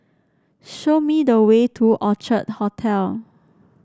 show me the way to Orchard Hotel